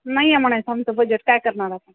नाही आहे म्हणायचं आमचं बजेट काय करणार आता